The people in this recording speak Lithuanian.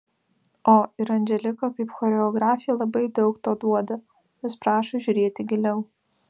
o ir anželika kaip choreografė labai daug to duoda vis prašo žiūrėti giliau